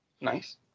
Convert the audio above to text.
Nice